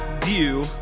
view